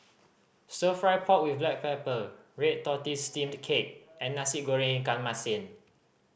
Stir Fry pork with black pepper red tortoise steamed cake and Nasi Goreng ikan masin